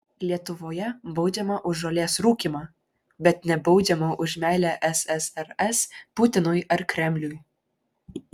lietuvoje baudžiama už žolės rūkymą bet nebaudžiama už meilę ssrs putinui ar kremliui